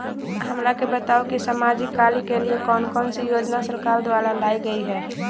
हमरा के बताओ कि सामाजिक कार्य के लिए कौन कौन सी योजना सरकार द्वारा लाई गई है?